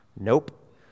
Nope